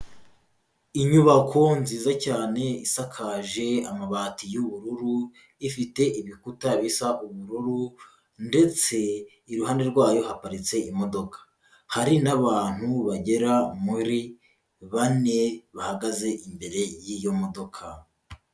Inyubako nziza cyane isakaje amabati y'ubururu, ifite ibikuta bisa ubururu ndetse iruhande rwayo haparitse imodoka, hari n'abantu bagera muri bane bahagaze imbere y'iyo modoka.